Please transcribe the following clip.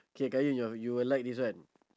K qayyum yo~ you will like this one